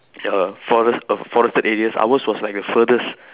err forest err forested areas ours was like the furthest